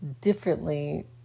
differently